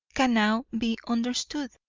can now be understood.